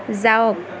যাওঁক